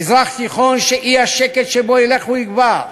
מזרח תיכון שהאי-שקט שבו ילך ויגבר,